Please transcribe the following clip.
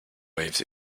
waves